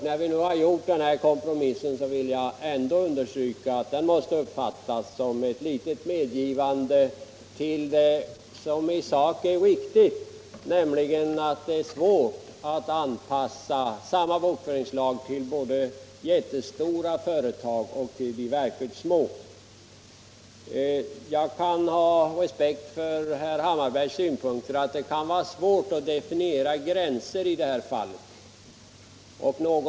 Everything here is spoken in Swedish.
Jag vill understryka att den kompromiss som vi kommit fram till i någon mån måste uppfattas som ett medgivande av den i sak riktiga uppfattningen att det är svårt att anpassa samma bokföringslag till att gälla både för jättestora företag och för de verkligt små. Jag kan ha respekt för herr Hammarbergs synpunkt att det är svårt att göra definitioner vad gäller gränsdragningar i detta sammanhang.